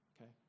okay